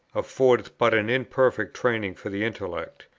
affords but an imperfect training for the intellect.